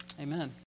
amen